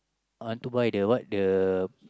I want to buy the what the